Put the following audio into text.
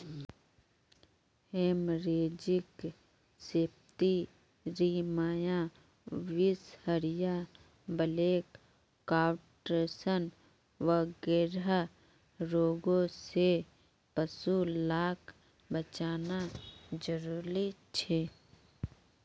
haemorrhagic septicaemia, बीसहरिया, black quarters वगैरह रोगों से पशु लाक बचाना ज़रूरी छे